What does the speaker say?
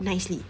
nicely